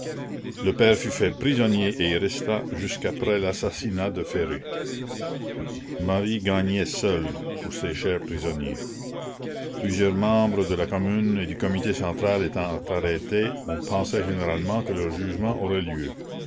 le père fut fait prisonnier et y resta jusque après l'assassinat de ferré marie gagnait seule pour ses chers prisonniers plusieurs membres de la commune et du comité central étant arrêtés on pensait généralement que leur jugement aurait lieu